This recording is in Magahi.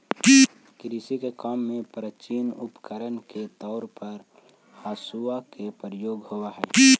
कृषि के काम में प्राचीन उपकरण के तौर पर हँसुआ के प्रयोग होवऽ हई